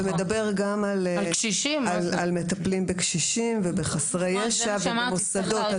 ומדבר גם על מטפלים בקשישים ובחסרי ישע ובמוסדות.